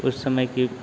उस समय की